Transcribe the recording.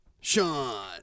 Sean